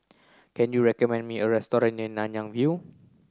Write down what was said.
can you recommend me a restaurant near Nanyang View